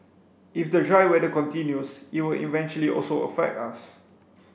if the dry weather continues it will eventually also affect us